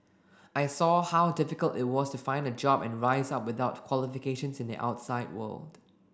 I saw how difficult it was to find a job and rise up without qualifications in the outside world